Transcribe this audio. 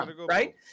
right